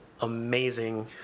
amazing